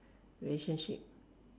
relationship